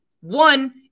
One